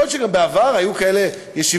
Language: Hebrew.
יכול להיות שגם בעבר היו ישיבות מו"לים